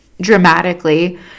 dramatically